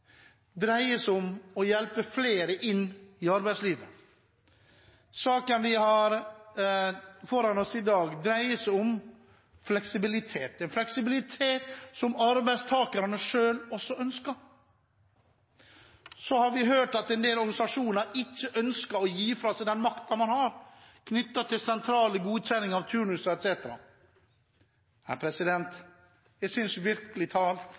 dreier seg om å hjelpe flere inn i arbeidslivet. Den dreier seg om fleksibilitet, en fleksibilitet som også arbeidstakerne selv ønsker. Så har vi hørt at en del organisasjoner ikke ønsker å gi fra seg den makten de har når det gjelder sentral godkjenning av turnuser etc. Jeg synes,